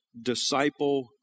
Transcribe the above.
disciple